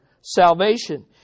salvation